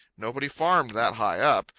nobody farmed that high up.